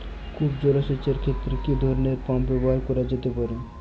কূপ জলসেচ এর ক্ষেত্রে কি ধরনের পাম্প ব্যবহার করা যেতে পারে?